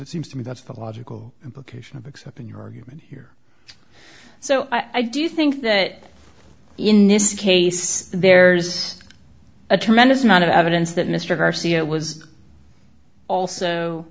it seems to me that's the logical implication of accepting your argument here so i do think that in this case there's a tremendous amount of evidence that mr garcia was also